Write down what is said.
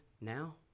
now